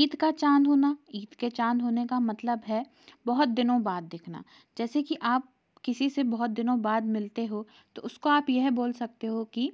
ईद का चांद होना ईद के चांद होने का मतलब है बहुत दिनों बाद दिखाना जैसे कि आप किसी से बहुत दिनों बाद मिलते हो तो उसको आप यह बोल सकते हो कि